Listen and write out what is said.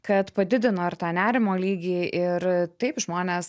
kad padidino ir tą nerimo lygį ir a taip žmonės